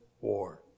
war